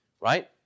Right